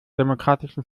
demokratischen